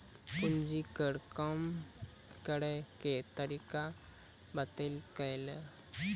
पूंजी कर कम करैय के तरीका बतैलकै